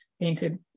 painted